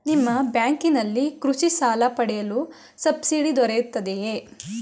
ನಿಮ್ಮ ಬ್ಯಾಂಕಿನಲ್ಲಿ ಕೃಷಿ ಸಾಲ ಪಡೆಯಲು ಸಬ್ಸಿಡಿ ದೊರೆಯುತ್ತದೆಯೇ?